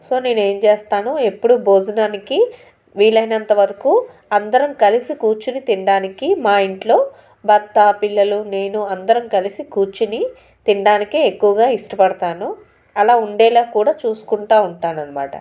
so నేనేం చేస్తాను ఎప్పుడూ భోజనానికి వీలైనంతవరకు అందరం కలిసి కూర్చుని తినడానికి మా ఇంట్లో భర్త పిల్లలు నేను అందరం కలిసి కూర్చొని తినడానికి ఎక్కువగా ఇష్టపడతాను అలా ఉండేలాగా కూడా చూసుకుంటూ ఉంటాననమాట